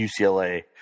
UCLA